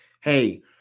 hey